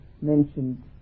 mentioned